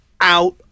out